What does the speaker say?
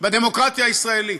בדמוקרטיה הישראלית.